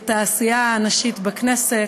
את העשייה הנשית בכנסת.